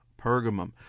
Pergamum